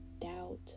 doubt